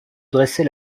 dressait